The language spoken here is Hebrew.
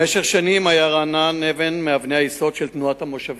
במשך שנים היה רענן אבן מאבני היסוד של תנועת המושבים,